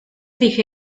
dije